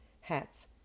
hats